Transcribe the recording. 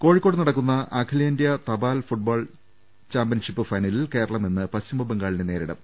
കോഴിക്കോട് നടക്കുന്ന അഖിലേന്ത്യാ തപാൽ ഫുട്ബോൾ ചാമ്പ്യൻഷിപ്പ് ഫൈനലിൽ കേരളം ഇന്ന് പശ്ചിമബംഗാളിനെ നേരിടും